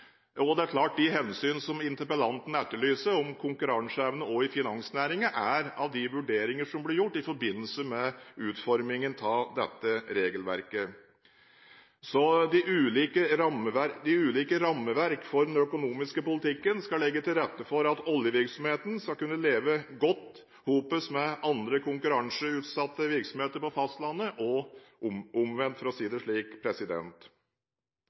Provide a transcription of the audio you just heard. Det er klart at de hensyn interpellanten etterlyser om konkurranseevnen også i finansnæringen, er av de vurderinger som blir gjort i forbindelse med utformingen av dette regelverket. De ulike rammeverk for den økonomiske politikken skal legge til rette for at oljevirksomheten skal kunne leve godt sammen med andre konkurranseutsatte virksomheter på fastlandet – og omvendt, for å si det slik.